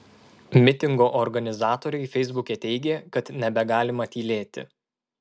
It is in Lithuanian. mitingo organizatoriai feisbuke teigė kad nebegalima tylėti